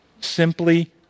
Simply